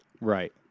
right